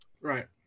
Right